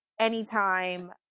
anytime